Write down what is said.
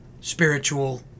spiritual